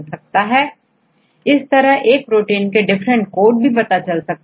जैसे यदि हम अलग अलग कोड देखें और इस में से किसी एक कोड को सेलेक्ट करें